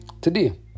Today